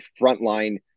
frontline